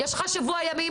יש לך שבוע ימים,